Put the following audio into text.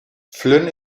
flynn